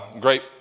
Great